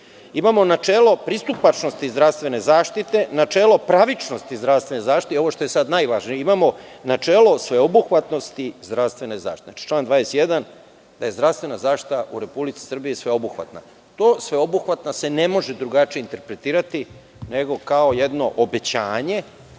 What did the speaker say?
načelo pristupačnosti zdravstvene zaštite, načelo pravičnosti zdravstvene zaštite i ovo što je sada najvažnije imamo načelo sveobuhvatnosti zdravstvene zaštite. Znači, član 21. da je zdravstvena zaštita u Republici Srbiji sveobuhvatna. To sveobuhvatna se ne može drugačije interpretirati, nego kao jedno obećanje